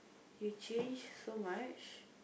you changed so much